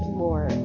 more